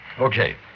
Okay